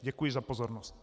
Děkuji za pozornost.